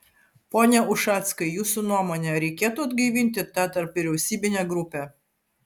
pone ušackai jūsų nuomone reikėtų atgaivinti tą tarpvyriausybinę grupę